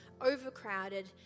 overcrowded